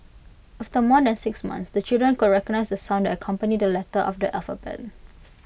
after more than six months the children could recognise the sounds that accompany the letter of the alphabet